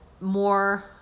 more